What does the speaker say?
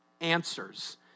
answers